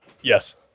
yes